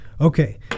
Okay